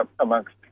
amongst